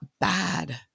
bad